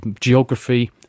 geography